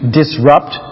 disrupt